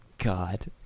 God